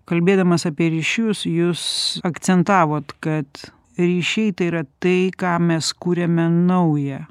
kalbėdamas apie ryšius jūs akcentavot kad ryšiai tai yra tai ką mes kuriame naują